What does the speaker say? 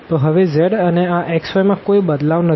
તો હવે z અને આ xy માં કોઈ બદલાવ નથી